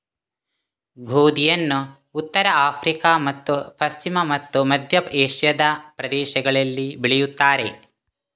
ಗೋಧಿಯನ್ನು ಉತ್ತರ ಆಫ್ರಿಕಾ ಮತ್ತು ಪಶ್ಚಿಮ ಮತ್ತು ಮಧ್ಯ ಏಷ್ಯಾದ ಪ್ರದೇಶಗಳಲ್ಲಿ ಬೆಳೆಯುತ್ತಾರೆ